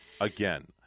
again